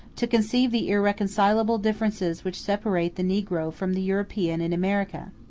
to conceive the irreconcilable differences which separate the negro from the european in america.